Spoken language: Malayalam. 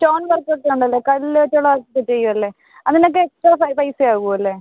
സ്റ്റോൺ വർക്കൊക്കെ ഉണ്ടല്ലോ കല്ല് വച്ചുള്ളതൊക്കെ ചെയ്യും അല്ലേ അതിനൊക്കെ എക്സ്ട്രാ പൈസ പൈസ ആവും അല്ലേ